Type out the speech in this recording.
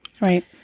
Right